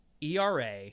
ERA